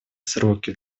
сроки